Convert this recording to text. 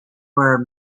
were